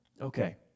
okay